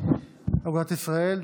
אגודת ישראל,